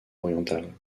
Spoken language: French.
orientale